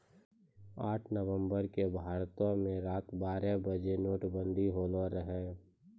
आठ नवम्बर के भारतो मे रात बारह बजे नोटबंदी होलो रहै